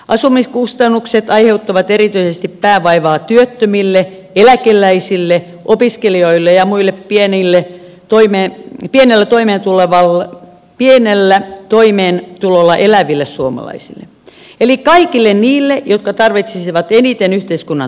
asumiskustannukset aiheuttavat päänvaivaa erityisesti työttömille eläkeläisille opiskelijoille ja muille pienellä toimeentulolla eläville suomalaisille eli kaikille niille jotka tarvitsisivat eniten yhteiskunnan tukea